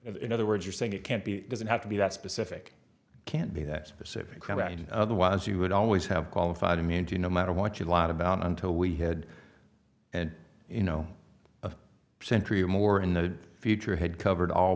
in other words you're saying it can't be doesn't have to be that specific can't be that specific about it otherwise you would always have qualified immunity no matter what you lot about until we had and you know century or more in the future had covered all